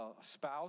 spouse